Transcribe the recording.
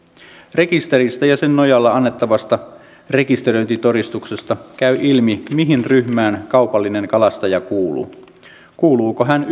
rekisteristä ja sen nojalla annettavasta rekisteröintitodistuksesta käy ilmi mihin ryhmään kaupallinen kalastaja kuuluu kuuluuko hän